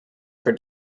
for